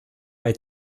bei